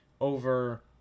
over